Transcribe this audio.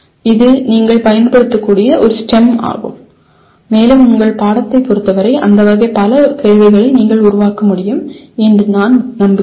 இது நீங்கள் பயன்படுத்தக்கூடிய ஒரு STEM ஆகும் மேலும் உங்கள் பாடத்தை பொறுத்தவரை அந்த வகை பல கேள்விகளை நீங்கள் உருவாக்க முடியும் என்று நான் நம்புகிறேன்